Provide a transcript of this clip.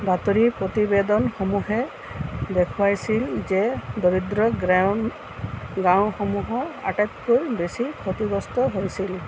বাতৰি প্ৰতিবেদনসমূহে দেখুৱাইছিল যে দৰিদ্ৰ গ্ৰাম্য গাঁওসমূহ আটাইতকৈ বেছি ক্ষতিগ্ৰস্ত হৈছিল